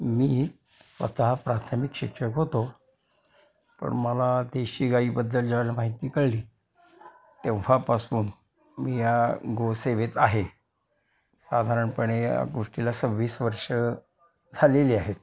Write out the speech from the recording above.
मी स्वत प्राथमिक शिक्षक होतो पण मला देशी गाईबद्दल ज्यावेळेला माहिती कळली तेव्हापासून मी या गोसेवेत आहे साधारणपणे या गोष्टीला सव्वीस वर्ष झालेली आहेत